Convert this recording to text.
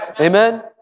Amen